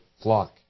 flock